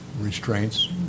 restraints